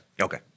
Okay